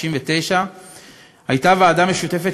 1969 הייתה ועדה משותפת,